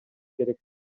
керек